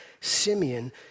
Simeon